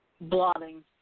Blotting